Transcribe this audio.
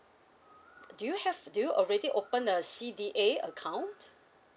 do you have do you already open the C_D_A account